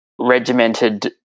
regimented